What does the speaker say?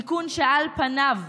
תיקון שעל פניו,